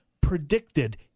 predicted